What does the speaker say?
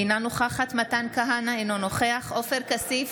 אינה נוכחת מתן כהנא, אינו נוכח עופר כסיף,